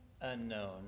unknown